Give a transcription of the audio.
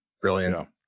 Brilliant